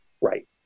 right